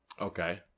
Okay